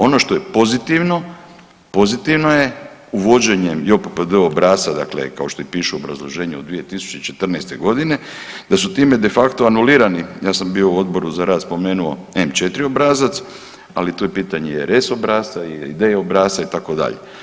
Ono što je pozitivno, pozitivno je uvođenjem JOPPD obrasca, dakle kao što i piše u obrazloženju od 2014. g., da su time de facto anulirani, ja sam bio u Odboru za rad, spomenuo M-4 obrazac, ali tu je pitanje i R-S obrasca ili D obrasca, itd.